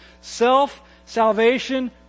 Self-salvation